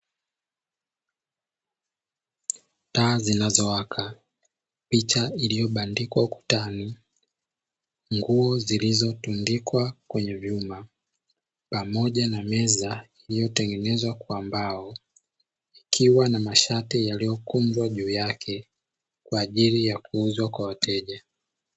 Taa zinazowaka, picha iliyobandikwa ukutani, nguo zilizotundikwa kwenye vyuma pamoja na meza iliyotengenezwa kwa mbao ikiwa na mashati yaliyokunjwa juu yake kwa ajili ya kuuzwa kwa wateja.